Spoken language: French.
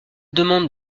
demande